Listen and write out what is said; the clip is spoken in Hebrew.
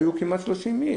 היו כמעט 30 אנשים.